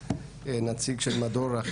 לא רק בפני המחוקק,